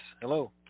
hello